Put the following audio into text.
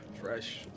fresh